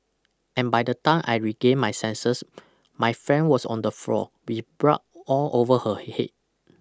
and by the time I regained my senses my friend was on the floor with blood all over her head